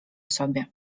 sobie